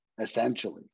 essentially